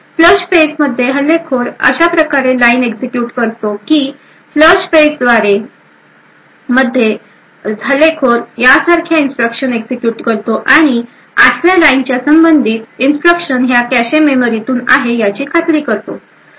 flush फेजमध्ये हल्लेखोर अशा प्रकारे लाईन एक्झिक्युट करतो जसे की फ्लश फेज मध्ये हल्लेखोर यासारख्या इन्स्ट्रक्शन एक्झिक्युट करतो आणि आठव्या लाईनच्या संबंधित इन्स्ट्रक्शन्स ह्या कॅशे मेमरी तून आहे याची खात्री करतो